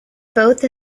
both